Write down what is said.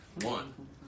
One